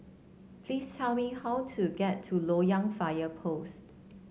please tell me how to get to Loyang Fire Post